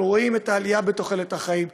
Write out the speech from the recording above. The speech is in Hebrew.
אנחנו רואים את העלייה בתוחלת החיים,